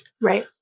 Right